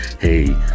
Hey